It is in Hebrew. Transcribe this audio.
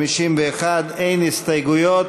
117 151, אין הסתייגויות,